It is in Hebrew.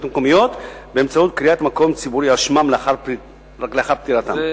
מקומיות באמצעות קריאת מקום ציבורי על שמם לאחר פטירתם,